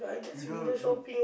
you don't you